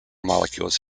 molecules